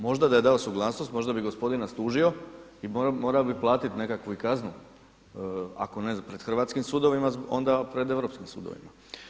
Možda da je dao suglasnost možda bi gospodin nas tužio i morao bi platiti nekakvu i kaznu ako ne pred hrvatskim sudovima onda pred europskim sudovima.